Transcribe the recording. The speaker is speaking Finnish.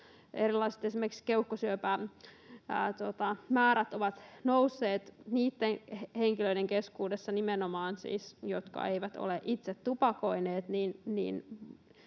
esimerkiksi keuhkosyöpämäärät ovat nousseet nimenomaan niitten henkilöiden keskuudessa, jotka eivät ole itse tupakoineet,